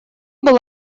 был